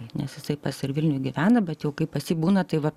nes jisai pats ir vilniuje gyvena bet kai pas jį būna tai va